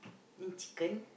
and chicken